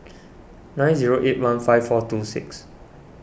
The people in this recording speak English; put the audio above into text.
nine zero eight one five four two six